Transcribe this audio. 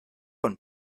von